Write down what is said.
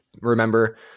remember